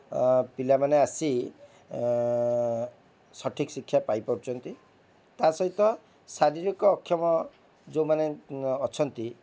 ପିଲାମାନେ ଆସି ସଠିକ୍ ଶିକ୍ଷା ପାଇପାରୁଛନ୍ତି ତା'ସହିତ ଶାରୀରିକ ଅକ୍ଷମ ଯେଉଁମାନେ ଅଛନ୍ତି